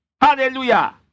Hallelujah